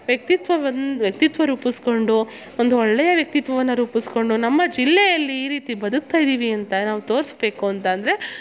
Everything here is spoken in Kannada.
ವ್ಯಕ್ತಿತ್ವವನ್ನು ವ್ಯಕ್ತಿತ್ವ ರೂಪಿಸ್ಕೊಂಡು ಒಂದೊಳ್ಳೆಯ ವ್ಯಕ್ತಿತ್ವವನ್ನು ರೂಪಿಸ್ಕೊಂಡು ನಮ್ಮ ಜಿಲ್ಲೆಯಲ್ಲಿ ಈ ರೀತಿ ಬದುಕ್ತಾಯಿದೀವಿ ಅಂತ ನಾವು ತೋರಿಸ್ಬೇಕು ಅಂತಂದರೆ